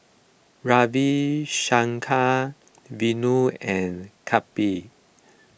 Ravi Shankar Vanu and Kapil